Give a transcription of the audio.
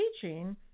teaching